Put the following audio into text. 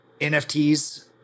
NFTs